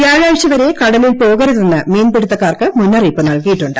വ്യാഴാഴ്ച വരെ കടലിൽ പോകരുതെന്ന് മീൻപിടിത്തക്കാർക്ക് മുന്നറിയിപ്പ് നൽകിയിട്ടുണ്ട്